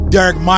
Derek